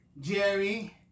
jerry